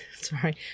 Sorry